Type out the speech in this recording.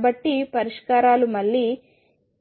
కాబట్టి పరిష్కారాలు మళ్లీ